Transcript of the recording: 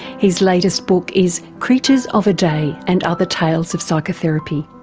his latest book is creatures of a day and other tales of psychotherapy.